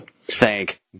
thank